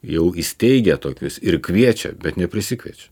jau įsteigę tokius ir kviečia bet neprisikviečia